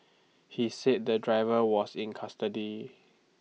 he said the driver was in custody